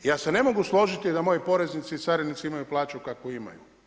Ja se ne mogu složiti da moji poreznici i carinici imaju plaću kakvu imaju.